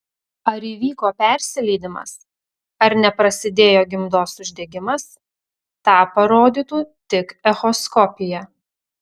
ar įvyko persileidimas ar neprasidėjo gimdos uždegimas tą parodytų tik echoskopija